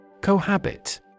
Cohabit